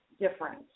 different